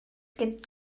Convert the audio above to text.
gibt